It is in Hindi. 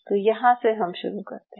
तो यहाँ से हम शुरू करते हैं